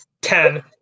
Ten